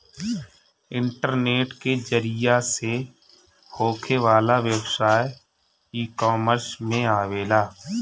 internet के जरिया से होखे वाला व्यवसाय इकॉमर्स में आवेला